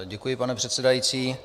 Děkuji, pane předsedající.